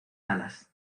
dallas